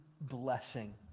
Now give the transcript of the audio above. blessing